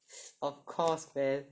of course man